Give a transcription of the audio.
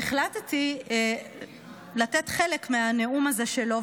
והחלטתי לתת חלק מהנאום הזה שלו,